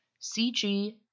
CG